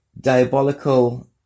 Diabolical